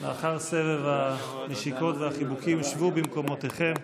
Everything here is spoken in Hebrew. לאחר סבב הנשיקות והחיבוקים, שבו במקומותיכם.